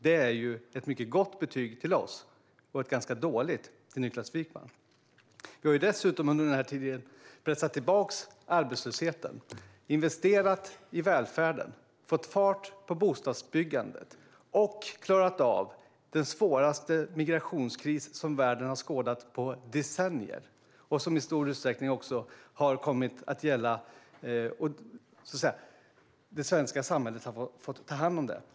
Det är ett mycket gott betyg till oss och ett ganska dåligt till Niklas Wykman. Vi har dessutom under den här tiden pressat tillbaka arbetslösheten, investerat i välfärden, fått fart på bostadsbyggandet och klarat av den svåraste migrationskris som världen har skådat på decennier. Den har i stor utsträckning gällt det svenska samhället, som har fått ta hand om den.